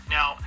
Now